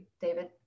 David